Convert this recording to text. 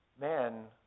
Men